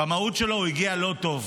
במהות שלו הוא הגיע לא טוב.